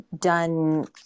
done